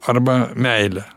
arba meilę